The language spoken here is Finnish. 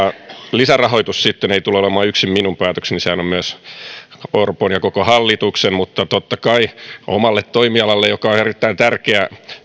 lisärahoitus ei sitten tule olemaan yksin minun päätökseni sehän on myös orpon ja koko hallituksen mutta totta kai omalle toimialalleni jossa kulttuuri on erittäin tärkeä